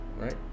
Right